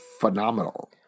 phenomenal